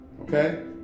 Okay